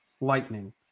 lightning